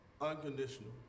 Unconditional